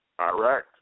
Iraq